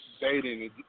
dating